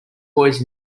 boys